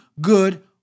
good